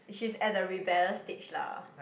she's at the rebellious stage lah